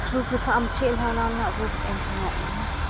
ᱨᱩᱯ ᱠᱟᱛᱷᱟ ᱟᱢ ᱪᱮᱫ ᱱᱟᱦᱟᱸᱜ ᱚᱱᱟ ᱨᱮᱭᱟᱜ ᱨᱩᱯ ᱮᱢ ᱥᱟᱱᱟᱭᱮᱫ ᱢᱮᱭᱟ